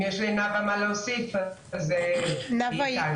אם יש לנאווה מה להוסיף, היא איתנו.